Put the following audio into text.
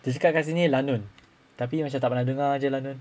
dia kat sini lanun tapi macam tak pernah dengar jer lanun